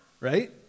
right